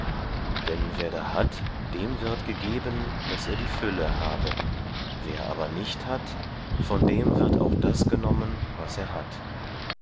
denn wer da hat dem wird gegeben daß er die fülle habe wer aber nicht hat von dem wird auch das genommen was er hat